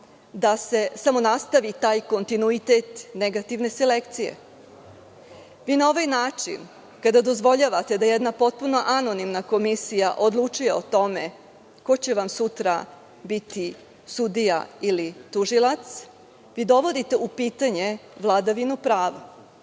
da se samo nastavi taj kontinuitet negativne selekcije. Vi na ovaj način kada dozvoljavate da jedna potpuno anonimna komisija odlučuje o tome ko će vam sutra biti sudija ili tužilac, dovodite u pitanje vladavinu prava. Vi